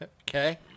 Okay